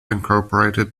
incorporated